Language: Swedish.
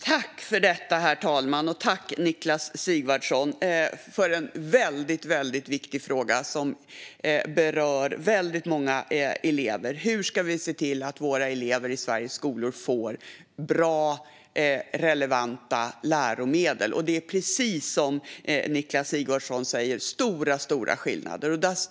Herr talman! Jag tackar Niklas Sigvardsson för en väldigt viktig fråga som berör väldigt många elever: Hur ska vi se till att våra elever i Sveriges skolor får bra och relevanta läromedel? Det är, precis som Niklas Sigvardsson säger, stora skillnader.